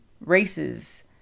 races